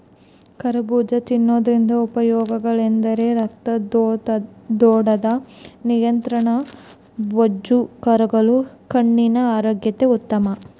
ಕರಬೂಜ ತಿನ್ನೋದ್ರಿಂದ ಉಪಯೋಗಗಳೆಂದರೆ ರಕ್ತದೊತ್ತಡದ ನಿಯಂತ್ರಣ, ಬೊಜ್ಜು ಕರಗಲು, ಕಣ್ಣಿನ ಆರೋಗ್ಯಕ್ಕೆ ಉತ್ತಮ